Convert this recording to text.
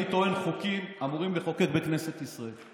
אני טוען: חוקים אמורים לחוקק בכנסת ישראל.